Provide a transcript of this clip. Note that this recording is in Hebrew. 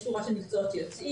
יש שורה של מקצועות שיוצאים,